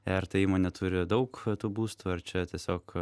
ar ta įmonė turi daug tų būstų ar čia tiesiog